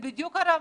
זה בדיוק הרמזור.